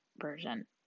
version